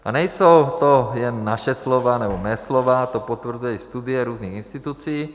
A nejsou to jen naše slova nebo má slova, to potvrzují i studie různých institucí.